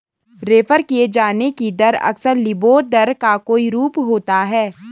refer किये जाने की दर अक्सर लिबोर दर का कोई रूप होता है